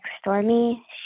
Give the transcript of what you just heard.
stormy